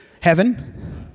Heaven